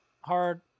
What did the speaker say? hard